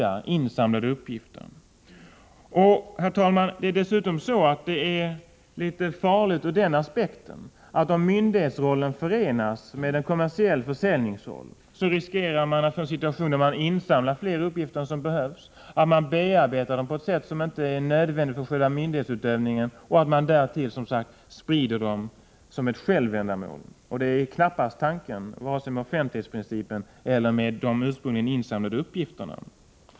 Att sälja insamlade uppgifter är dessutom litet farligt ur den aspekten att om myndighetsrollen förenas med en kommersiell försäljningsroll, riskerar man att få en situation där man insamlar fler uppgifter än som behövs, att man bearbetar dem på ett sätt som inte är nödvändigt för själva myndighetsutövningen och att man därtill som sagt sprider dem som ett självändamål. Det är knappast tanken vare sig med offentlighetsprincipen eller med de ursprungligen insamlade uppgifterna.